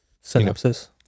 Synopsis